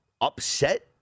upset